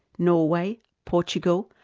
norway, portugal,